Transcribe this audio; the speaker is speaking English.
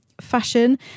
fashion